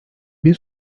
bir